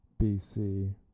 BC